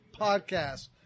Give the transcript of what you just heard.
Podcast